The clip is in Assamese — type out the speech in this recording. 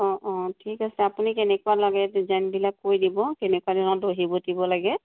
অ অ ঠিক আছে আপুনি কেনেকুৱা লাগে ডিজাইনবিলাক কৈ দিব কেনেকুৱা ধৰণৰ দহি বটিব লাগে